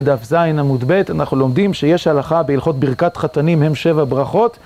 דף זין עמוד בי"ת, אנחנו לומדים שיש הלכה בהלכות ברכת חתנים, הם שבע ברכות